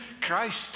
Christ